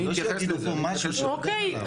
לא שיגידו פה משהו ש- -- אוקיי.